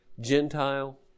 Gentile